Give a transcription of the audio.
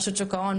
רשות שוק ההון,